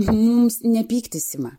mums ne pyktis ima